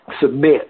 Submit